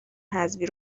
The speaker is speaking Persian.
حذفی